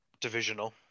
Divisional